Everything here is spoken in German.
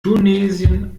tunesien